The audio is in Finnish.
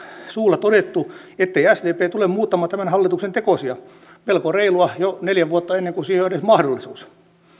suulla todettu ettei sdp tule muuttamaan tämän hallituksen tekosia melko reilua jo neljä vuotta ennen kuin siihen on edes mahdollisuus